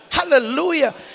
Hallelujah